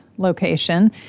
Location